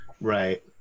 Right